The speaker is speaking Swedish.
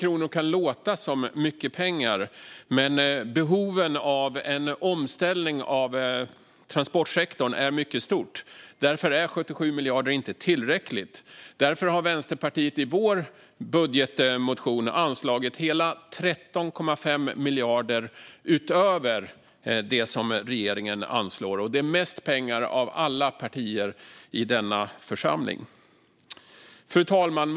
Det kan låta som mycket pengar, men behovet av en omställning av transportsektorn är mycket stort. Då är 77 miljarder inte tillräckligt, och Vänsterpartiet har därför i sin budgetmotion anslagit hela 13,5 miljarder mer än regeringen, vilket betyder att vi anslår mest pengar av alla partier i denna församling. Fru talman!